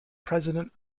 president